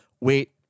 wait